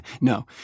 No